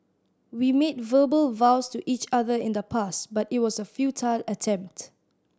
we made verbal vows to each other in the past but it was a futile attempt